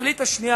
התכלית השנייה,